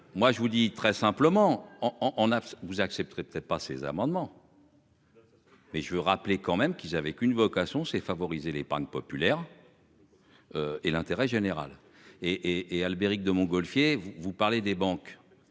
Moi je vous dis très simplement en en a vous accepterait pas ces amendements. Mais je veux rappeler quand même qu'ils avaient qu'une vocation c'est favoriser l'épargne populaire. Et l'intérêt général et et Albéric de Montgolfier. Vous, vous parlez des banques.